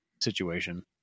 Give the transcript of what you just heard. situation